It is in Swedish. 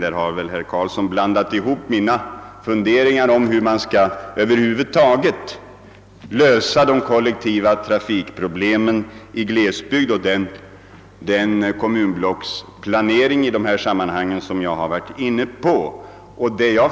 Herr Karlsson torde ha blandat ihop mina funderingar om hur man över huvud taget skall lösa de kollektiva trafikproblemen i glesbygderna och den kommunblockplanering i dessa sammanhang som jag har varit inne på.